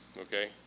okay